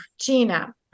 gina